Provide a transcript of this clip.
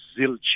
zilch